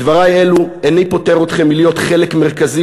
בדברי אלו איני פוטר אתכם מלהיות חלק מרכזי